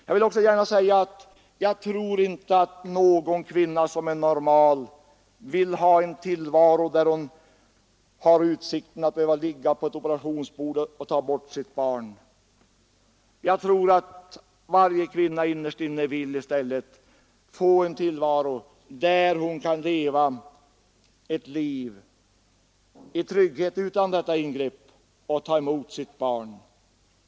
Jag vill också gärna säga att jag inte tror att någon normal kvinna vill ha en tillvaro där hon har utsikten att behöva ligga på ett operationsbord för att få sitt barn borttaget; vad jag tror är att varje kvinna innerst inne i stället önskar är en tillvaro där hon kan leva ett liv i trygghet utan att behöva genomgå detta ingrepp och kunna ta emot sitt barn.